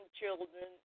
children